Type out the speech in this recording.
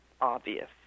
obvious